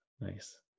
Nice